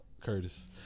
Curtis